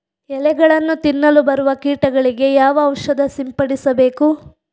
ಎಲೆಗಳನ್ನು ತಿನ್ನಲು ಬರುವ ಕೀಟಗಳಿಗೆ ಯಾವ ಔಷಧ ಸಿಂಪಡಿಸಬೇಕು?